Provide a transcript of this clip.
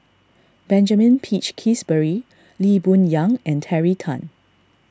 Benjamin Peach Keasberry Lee Boon Yang and Terry Tan